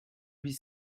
huit